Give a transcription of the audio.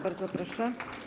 Bardzo proszę.